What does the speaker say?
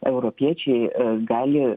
europiečiai gali